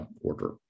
order